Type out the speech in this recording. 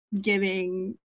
giving